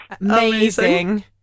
Amazing